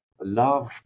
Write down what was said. love